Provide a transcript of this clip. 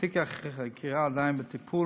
תיק החקירה עדיין בטיפול,